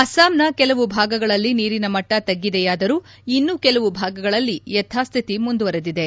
ಅಸ್ಸಾಂನ ಕೆಲವು ಭಾಗಗಳಲ್ಲಿ ನೀರಿನ ಮಟ್ಟ ತಗ್ಗಿದೆಯಾದರೂ ಇನ್ನೂ ಕೆಲವು ಭಾಗಗಳಲ್ಲಿ ಯಥಾಸ್ಥಿತಿ ಮುಂದುವರಿದಿದೆ